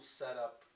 setup